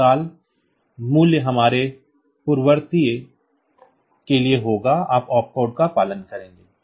तत्काल मूल्य हमारे पूर्ववर्ती के लिए होगा आप ओप कोड का पालन करेंगे